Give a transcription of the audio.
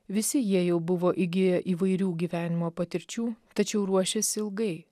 visi jie jau buvo įgiję įvairių gyvenimo patirčių tačiau ruošėsi ilgai